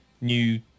new